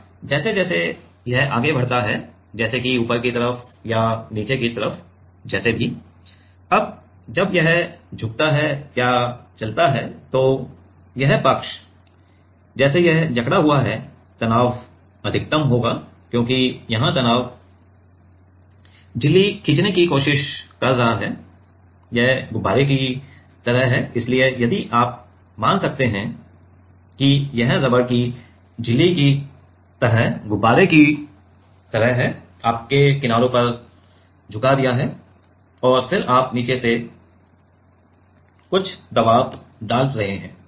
अब जैसे जैसे यह आगे बढ़ता है जैसे कि ऊपर की तरफ या नीचे की तरफ जैसे भी अब जब यह झुकता है या चलता है तो यह पक्ष जैसे यह जकड़ा हुआ है तनाव अधिकतम होगा क्योंकि यहां केवल झिल्ली खींचने की कोशिश कर रहा है यह गुब्बारे की तरह है इसलिए यदि आप मान सकते हैं कि यह रबर की झिल्ली की तरह गुब्बारे की तरह है आपने किनारों पर झुका दिया हैं और फिर आप नीचे से कुछ दबाव डाल रहे हैं